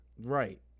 Right